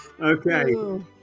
Okay